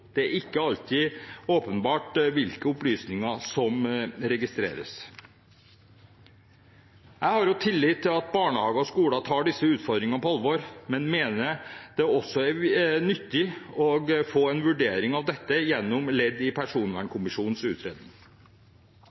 Det er ikke alltid åpenbart hvilke opplysninger som registreres. Jeg har tillit til at barnehager og skoler tar disse utfordringene på alvor, men mener det også er nyttig å få en vurdering av dette gjennom ledd i personvernkommisjonens utredning.